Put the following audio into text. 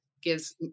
gives